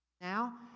now